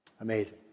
Amazing